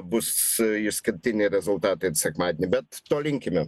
bus išskirtiniai rezultatai sekmadienį bet to linkime